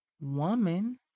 woman